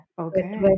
Okay